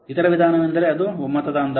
ಇತರ ವಿಧಾನವೆಂದರೆಅದು ಒಮ್ಮತದ ಅಂದಾಜು